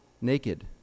naked